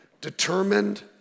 determined